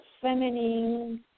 feminine